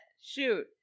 shoot